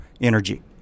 energy